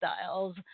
styles